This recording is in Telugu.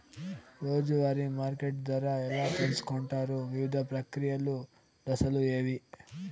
రోజూ వారి మార్కెట్ ధర ఎలా తెలుసుకొంటారు వివిధ ప్రక్రియలు దశలు ఏవి?